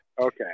Okay